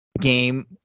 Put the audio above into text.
game